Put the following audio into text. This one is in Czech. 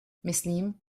myslím